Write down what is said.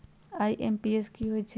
IMPS की होईछइ?